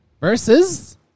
Versus